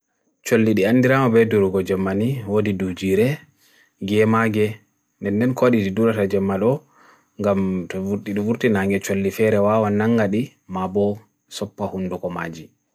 Night-hunting birds waɗi goongu heɓi puccu tawa ngortowo. Ndiyanji yeddi ɓe heɓi laawol giri saare hayre kanko.